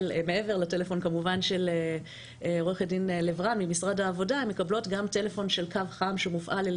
מעבר לטלפון של עו"ד לב-רן ממשרד העבודה של קו חם שמופעל על